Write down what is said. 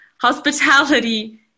hospitality